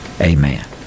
Amen